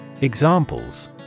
Examples